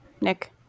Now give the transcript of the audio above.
Nick